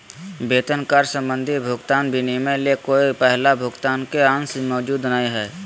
वेतन कार्य संबंधी भुगतान विनिमय ले कोय पहला भुगतान के अंश मौजूद नय हइ